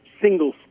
single